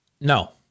No